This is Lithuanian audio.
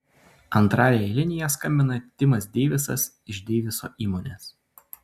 antrąja linija skambina timas deivisas iš deiviso įmonės